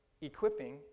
Equipping